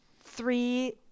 Three